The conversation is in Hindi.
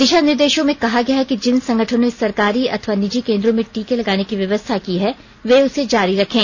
दिशा निर्देशों में कहा गया है कि जिन संगठनों ने सरकारी अथवा निजी केंद्रों में टीके लगाने की व्यवस्था की है वे उसे जारी रखें